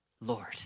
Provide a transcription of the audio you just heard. Lord